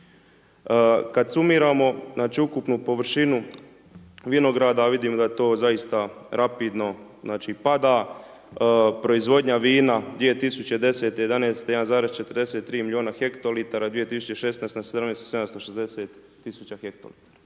Kad sumiramo ukupnu površinu vinograda, vidimo da to zaista rapidno pada, proizvodnja vina 2010., 2011. 1,43 milijuna hektolitara, 2016. na 2017. 760 000 hektolitara.